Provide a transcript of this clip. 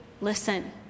listen